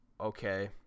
okay